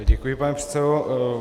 Děkuji, pane předsedo.